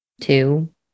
two